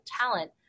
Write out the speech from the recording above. talent